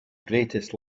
greatest